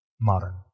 modern